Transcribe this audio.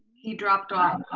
he dropped off.